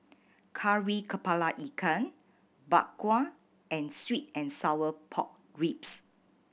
Kari Kepala Ikan Bak Kwa and sweet and sour pork ribs